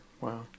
Wow